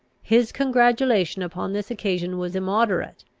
his congratulation upon this occasion was immoderate,